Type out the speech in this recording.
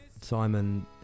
simon